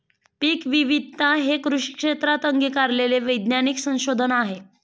पीकविविधता हे कृषी क्षेत्रात अंगीकारलेले वैज्ञानिक संशोधन आहे